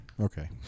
Okay